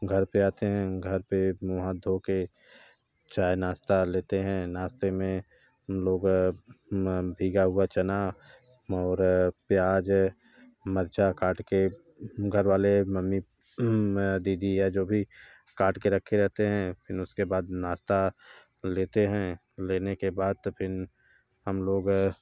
घर पर आते हैं घर पर मुँह हाथ धो के चाय नाश्ता लेते हैं नाश्ते में लोग भीगा हुआ चना और प्याज़ मिर्च काट के घर वाले मम्मी या दीदी काट के रखे रहते हैं उसके बाद नाश्ता लेते हैं लेने के बाद कहीं हम लोग